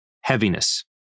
heaviness